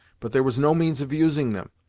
but there was no means of using them,